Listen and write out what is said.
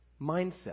mindset